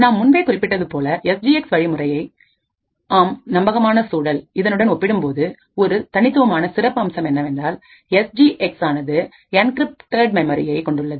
நாம் முன்பே குறிப்பிட்டதுபோல் எஸ் ஜி எக்ஸ் வழிமுறையை ஆம் நம்பகமான சூழல் இதனுடன் ஒப்பிடும்போது ஒரு தனித்துவமான சிறப்பு அம்சம் என்னவென்றால் எஸ் இ எக்ஸ் ஆனது என்கிரிப்டட் மெமரியை கொண்டுள்ளது